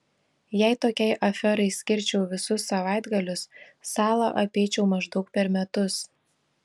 jei tokiai aferai skirčiau visus savaitgalius salą apeičiau maždaug per metus